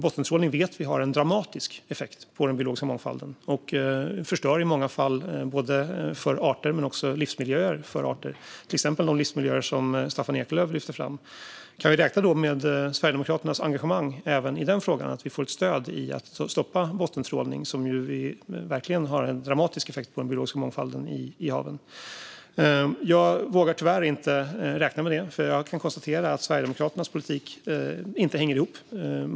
Bottentrålning vet vi har en dramatisk effekt på den biologiska mångfalden, och den förstör i många fall för arter och livsmiljöer för arter, till exempel de arter som Staffan Eklöf lyfter fram. Kan vi räkna med Sverigedemokraternas engagemang i den frågan så att vi får ett stöd i att stoppa bottentrålning? Vi vet att det har en dramatisk effekt på den biologiska mångfalden. Jag vågar tyvärr inte räkna med det, för jag kan konstatera att Sverigedemokraternas politik inte hänger ihop.